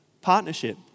partnership